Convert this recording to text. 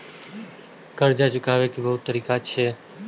कर्जा चुकाव के बहुत तरीका छै?